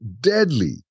deadly